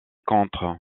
contre